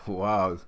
wow